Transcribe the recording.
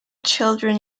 children